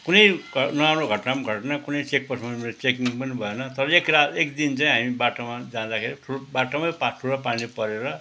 कुनै नराम्रो घटना पनि घटेन कुनै चेकपोस्टमा मेरो चेकिङ पनि भएन तर एकरात एकदिन चाहिँ हामी बाटोमा जाँदाखेरि ठुलो बाटोमै ठुलो पानी परेर